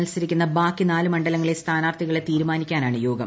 മൽസരിക്കുന്ന ബാക്കി നാല് മണ്ഡലങ്ങളിലെ സ്ഥാനാർത്ഥികളെ തീരുമാനിക്കാനാണ് യോഗം